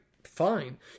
fine